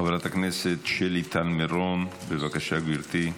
חברת הכנסת שלי טל מירון, בבקשה, גברתי,